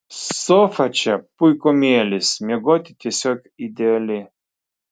sofa čia puikumėlis miegoti tiesiog ideali